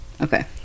Okay